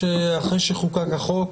גם הנאמן דורש תקופות הרבה יותר ארוכות,